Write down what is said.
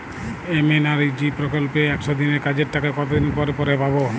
MNREGA প্রকল্পে একশ দিনের কাজের টাকা কতদিন পরে পরে পাব?